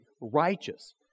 righteous